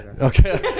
Okay